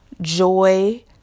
Joy